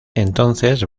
entonces